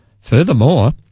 Furthermore